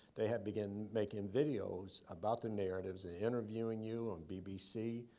they had begun making videos about the narratives and interviewing you on bbc.